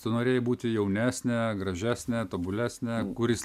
tu norėjai būti jaunesnė gražesnė tobulesnė kuris